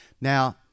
Now